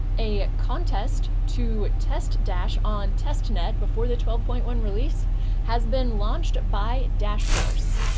a contest to test dash on testnet before the twelve point one release has been launched by dash force.